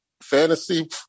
fantasy